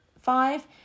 five